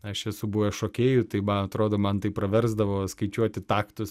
aš esu buvęs šokėju tai man atrodo man tai praversdavo skaičiuoti taktus